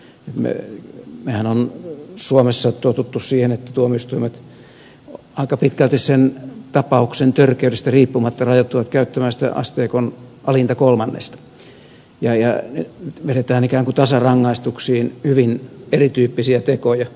mehän olemme suomessa tottuneet siihen että tuomioistuimet aika pitkälti tapauksen törkeydestä riippumatta rajoittuvat käyttämään asteikon alinta kolmannesta ja vedetään ikään kuin tasarangaistuksiin hyvin erityyppisiä tekoja